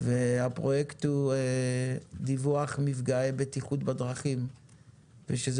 והפרויקט הוא דיווח על מפגעי בטיחות בדרכים ושזה